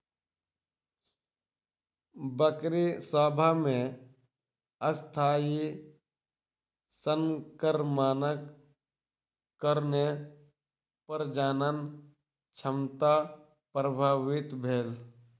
बकरी सभ मे अस्थायी संक्रमणक कारणेँ प्रजनन क्षमता प्रभावित भेल